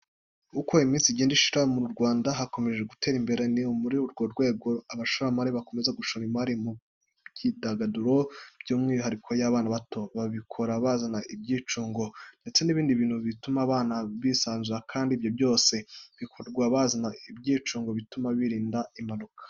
Uko iminsi igenda ishira, mu Rwanda hakomeza gutera imbere. Ni muri urwo rwego, abashoramari bakomeza gushora imari mu myidagaduro by'umwihariko y'abana bato. Babikora bazana ibyicungo, ndetse n'ibindi bintu bituma abana bisanzura kandi ibyo byose bigakorwa bazana ibyicungo bituma birinda impanuka.